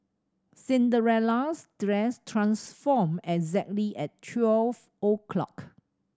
Cinderella's dress transformed exactly at twelve o'clock